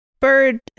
Bird